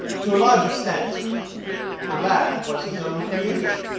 to a large extent the lad was his own creation.